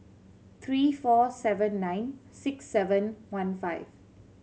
three four seven nine six seven one five